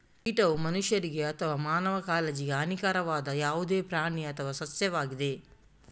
ಕೀಟವು ಮನುಷ್ಯರಿಗೆ ಅಥವಾ ಮಾನವ ಕಾಳಜಿಗೆ ಹಾನಿಕಾರಕವಾದ ಯಾವುದೇ ಪ್ರಾಣಿ ಅಥವಾ ಸಸ್ಯವಾಗಿದೆ